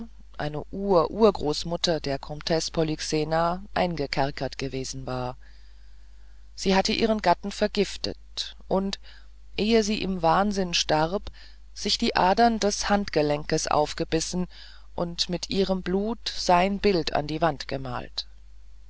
die ururgroßmutter der komtesse polyxena eingekerkert gewesen war sie hatte ihren gatten vergiftet und ehe sie im wahnsinn starb sich die adern des handgelenkes aufgebissen und mit ihrem blut sein bild an die wand gemalt